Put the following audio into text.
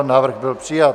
Návrh byl přijat.